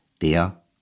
der